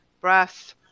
breath